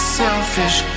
selfish